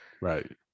Right